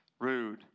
rude